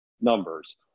numbers